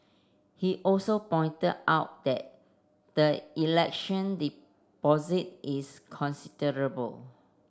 he also pointed out that the election deposit is considerable